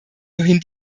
wohin